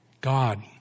God